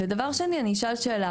דבר שני, אני אשאל שאלה.